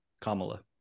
Kamala